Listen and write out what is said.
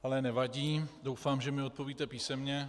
Ale nevadí, doufám, že mi odpovíte písemně.